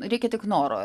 reikia tik noro